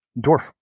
dwarf